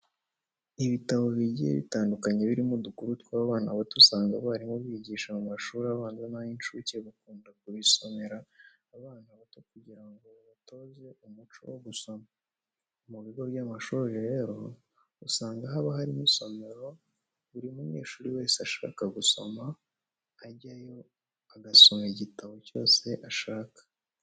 Ibitabo bigiye bitandukanye birimo udukuru tw'abana bato usanga abarimu bigisha mu mashuri abanza n'ay'incuke bakunda kubisomera abana bato kugira ngo babatoze umuco wo gusoma. Mu bigo by'amashuri rero usanga haba harimo isomero buri munyeshuri wese ushaka gusoma ajyayo agasoma igitabo cyose ashaka.